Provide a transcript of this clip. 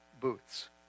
booths